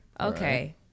Okay